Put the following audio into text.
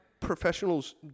professionals